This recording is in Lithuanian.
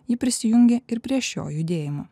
ji prisijungė ir prie šio judėjimo